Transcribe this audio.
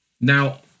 Now